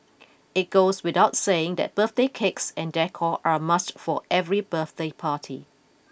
it goes without saying that birthday cakes and decor are a must for every birthday party